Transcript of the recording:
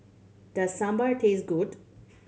does Sambar taste good